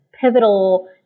pivotal